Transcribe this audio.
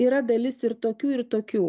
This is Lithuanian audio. yra dalis ir tokių ir tokių